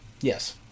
Yes